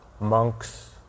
monks